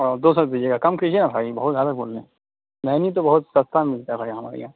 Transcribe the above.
دو سو روپئے دیجیے گا کم کیجیے نا بھائی بہت زیادہ بول رہیں نینی تو بہت سستا ملتا ہے بھائی ہمارے یہاں